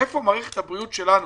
איפה מערכת הבריאות שלנו,